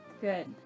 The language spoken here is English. good